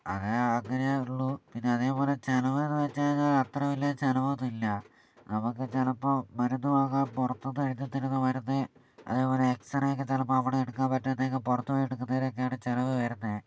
അങ്ങന അങ്ങനയെ ഉള്ളൂ പിന്നെ അതേപോലെ ചിലവെന്നു വച്ചു കഴിഞ്ഞാൽ അത്ര വലിയ ചിലവൊന്നും ഇല്ല നമുക്ക് ചിലപ്പം മരുന്ന് വാങ്ങാൻ പുറത്തു നിന്ന് എഴുതിത്തരുന്ന മരുന്നെ അതേപോലെ എക്സറേയൊക്കെ ചിലപ്പോൾ അവിടെ എടുക്കാൻ പറ്റാത്തയൊക്കെ പുറത്ത് പോയി എടുക്കുന്നതിനൊക്കെയാണ് ചിലവ് വരുന്നത്